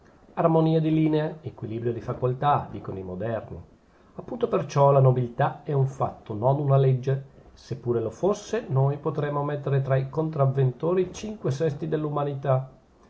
armonia di linee equilibrio di facoltà dicono i moderni appunto per ciò la nobiltà è un fatto non una legge se pure lo fosse noi potremmo mettere tra i contravventori i cinque sesti dell'umanità